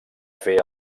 fer